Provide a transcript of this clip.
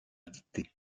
dictée